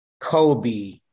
Kobe